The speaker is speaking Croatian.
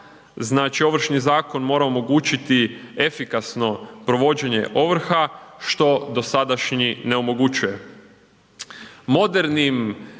Znači Ovršni zakon mora omogućiti efikasno provođenje ovrha što dosadašnji ne omogućuje.